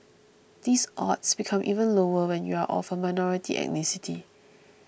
these odds become even lower when you are of a minority ethnicity